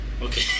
Okay